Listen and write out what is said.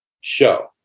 show